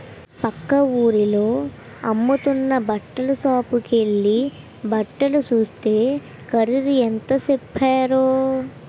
పక్క వూరిలో అమ్ముతున్న బట్టల సాపుకెల్లి బట్టలు సూస్తే ఖరీదు ఎంత సెప్పారో